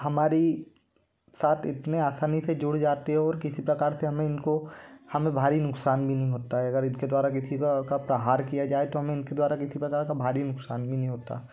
हमारी साथ इतने आसानी से जुड़ जाते हैं और किसी प्रकर से हमें इनको हमें भारी नुक़सान भी नहीं होता है अगर इनके द्वारा किसी के और का प्रहार किया जाए तो हमें इनके द्वारा किसी प्रकार का भारी नुक़सान भी नहीं होता